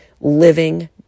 living